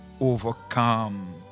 overcome